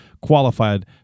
qualified